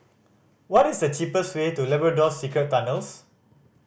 what is the cheapest way to Labrador Secret Tunnels